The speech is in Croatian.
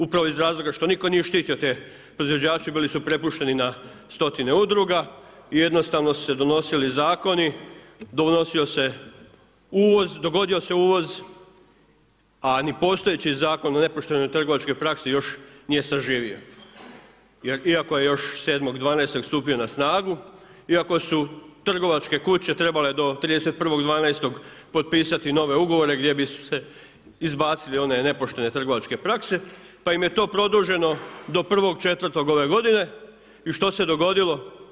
Upravo iz razloga što nitko nije štitio te proizvođače bili su prepušteni na stotine udruga i jednostavno su se donosili zakoni, dogodio se uvoz a ni postojeći Zakon o nepoštenoj trgovačkoj praksi još nije zaživio jer iako je još 7.12. stupio na snagu, iako su trgovačke kuće trebale do 31.12. potpisati nove ugovore gdje bi se izbacile one nepoštene trgovačke prakse pa im je to produženo do 1.4. ove godine i što se dogodilo?